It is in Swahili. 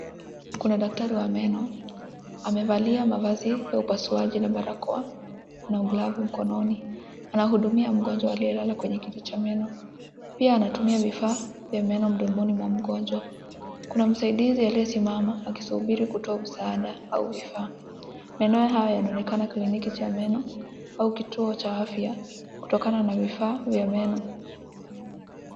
Kuna daktari wa meno amevalia mavazi ya upasuaji na barakoa na glavu mkononi. Anahudumia mgonjwa aliyelala kwenye kiti cha meno. Pia anatumia vifaa vya meno mdomoni mwa mgonjwa. Kuna msaidizi aliyesimama akisubiri kutoa msaada au vifaa. Maneno haya yanaonekana kliniki cha meno au kituo cha afya kutokana na vifaa vya meno.